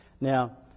now